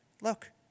Look